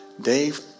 Dave